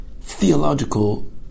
theological